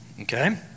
okay